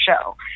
show